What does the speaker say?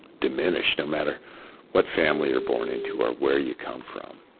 diminished, no matter what family you're born into or where you come from.